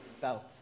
felt